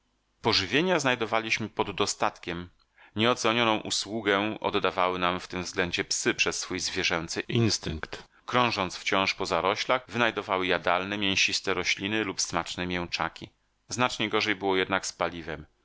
i paliwa pożywienia znajdowaliśmy poddostatkiem nieocenioną usługę oddawały nam w tym względzie psy przez swój zwierzęcy instynkt krążąc wciąż po zaroślach wynajdywały jadalne mięsiste rośliny lub smaczne mięczaki znacznie gorzej było jednak z paliwem